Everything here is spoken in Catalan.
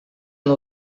una